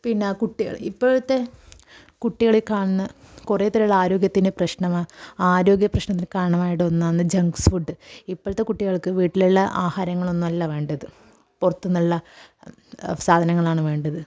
പിന്നെ ആ കുട്ടികൾ ഇപ്പോഴത്തെ കുട്ടികളിൽ കാണുന്ന കുറേത്തിലുള്ള ആരോഗ്യത്തിൻ്റെ പ്രശ്നമാണ് ആരോഗ്യപ്രശ്നത്തിനു കാരണമായത് ഒന്നാണ് ജംഗ്സ് ഫുഡ് ഇപ്പോഴത്തെ കുട്ടികൾക്ക് വീട്ടിലുള്ള ആഹാരങ്ങളൊന്നും അല്ല വേണ്ടത് പുറത്തു നിന്നുള്ള സാധനങ്ങളാണ് വേണ്ടത്